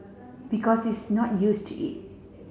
because he's not used to it